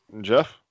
Jeff